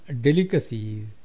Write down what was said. delicacies